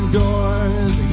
doors